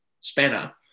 spanner